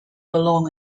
belong